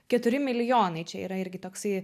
keturi milijonai čia yra irgi toksai